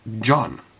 John